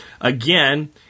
Again